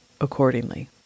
accordingly